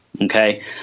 okay